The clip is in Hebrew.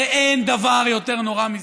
הרי אין דבר יותר נורא מזה.